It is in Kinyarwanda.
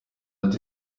ati